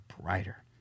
brighter